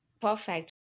perfect